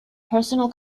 personal